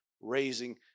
raising